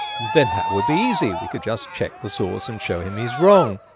then that would be easy. we could just check the source and show him he's wrong.